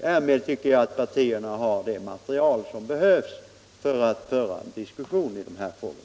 Därmed tycker jag att partierna har det material som behövs för att föra en diskussion i frågan.